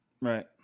Right